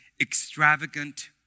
extravagant